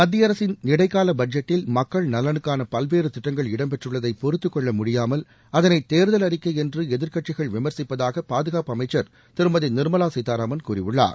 மத்திய அரசின் இடைக்கால பட்ஜெட்டில் மக்கள் நலனுக்கான பல்வேறு திட்டங்கள் இடம்பெற்றுள்ளதை பொறுத்துக் கொள்ள முடியாமல் அதனை தேர்தல் அறிக்கை என்று எதிர்க்கட்சிகள் விமர்சிப்பதாக பாதுகாப்பு அமைச்சர் திருமதி நிர்மலா சீதாராமன் கூறியுள்ளார்